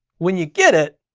when you get it,